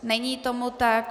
Není tomu tak.